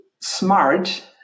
smart